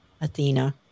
Athena